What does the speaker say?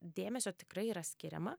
dėmesio tikrai yra skiriama